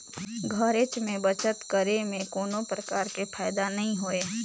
घरेच में बचत करे में कोनो परकार के फायदा नइ होय